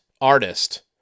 artist